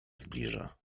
zbliża